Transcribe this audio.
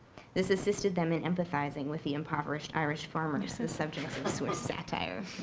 this assisted them in empathizing with the impoverished irish farmers, the subjects of swift's satire.